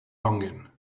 longing